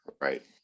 Right